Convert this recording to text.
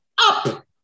up